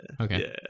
okay